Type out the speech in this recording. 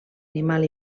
animal